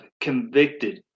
convicted